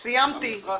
סיימתי.